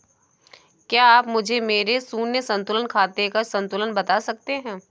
क्या आप मुझे मेरे शून्य संतुलन खाते का संतुलन बता सकते हैं?